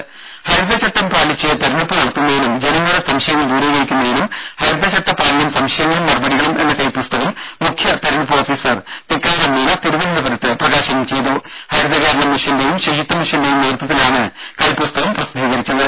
രും ഹരിതചട്ടം പാലിച്ച് തിരഞ്ഞെടുപ്പ് നടത്തുന്നതിനും ജനങ്ങളുടെ സംശയങ്ങൾ ദൂരീകരിക്കുന്നതിനും ഹരിതചട്ട പാലനം സംശയങ്ങളും മറുപടികളും എന്ന കൈപുസ്തകം മുഖ്യതിരഞ്ഞെടുപ്പ് ഓഫീസർ ടിക്കാറാം മീണ തിരുവനന്തപുരത്ത് പ്രകാശനം ഹരിതകേരളം മിഷന്റേയും ശുചിത്വമിഷന്റേയും നേതൃത്വത്തിലാണ് കൈപുസ്തകം പ്രസിദ്ധീകരിച്ചത്